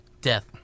Death